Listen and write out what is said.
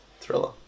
thriller